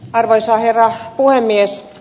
arvoisa herra puhemies